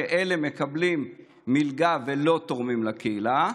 שאלה מקבלים מלגה ולא תורמים לקהילה.